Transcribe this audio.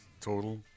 total